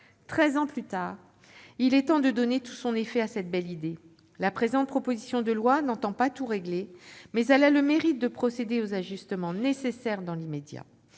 ans plus tard, il est temps de donner tout son effet à cette belle idée. La présente proposition de loi n'entend pas tout régler, mais elle a le mérite de procéder aux ajustements nécessaires dans l'immédiat.